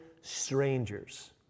strangers